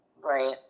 right